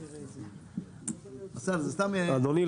אדוני,